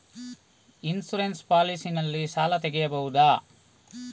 Insurance policy ನಲ್ಲಿ ಸಾಲ ತೆಗೆಯಬಹುದ?